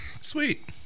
Sweet